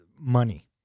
money